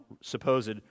supposed